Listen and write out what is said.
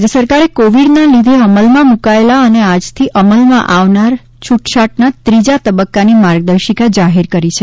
રાજ્ય સરકારે કોવીડના લીધે અમલમાં મૂકાયેલા અને આજથી અમલમાં આવનાર છુટછાટના ત્રીજા તબક્કાની માર્ગદર્શિકા જાહેર કરી છે